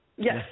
Yes